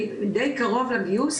די קרוב לגיוס,